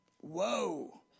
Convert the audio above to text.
Whoa